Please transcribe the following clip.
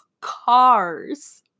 cars